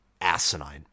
asinine